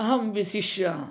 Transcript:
अहं विशिष्य